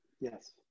Yes